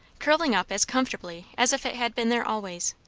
curling up as comfortably as if it had been there always.